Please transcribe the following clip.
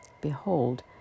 behold